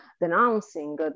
denouncing